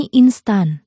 instan